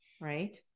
right